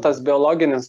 tas biologinis